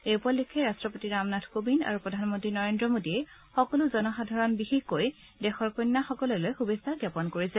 এই উপলক্ষে ৰাট্টপতি ৰামনাথ কোবিন্দ আৰু প্ৰধানমন্ত্ৰী নৰেদ্ৰ মোদীয়ে সকলো জনসাধাৰণ বিশেষকৈ দেশৰ কন্যাসকললৈ শুভেচ্ছা জ্ঞাপন কৰিছে